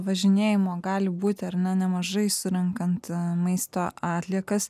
važinėjimo gali būti ar ne nemažai surenkant maisto atliekas